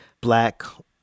black